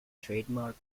trademark